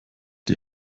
die